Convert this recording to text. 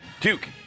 Duke